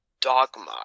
dogma